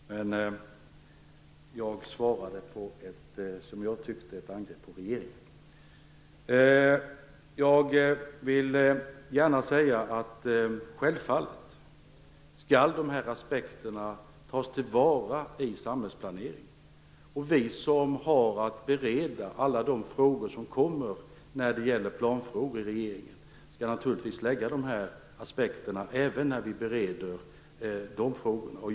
Fru talman! Jag svarade på vad jag tyckte var ett angrepp på regeringen. Självfallet skall de här aspekterna tas till vara i samhällsplaneringen. Vi i regeringen som har att bereda alla de frågor som kommer när det gäller planfrågor skall naturligtvis anlägga de här aspekterna även när vi bereder dessa frågor.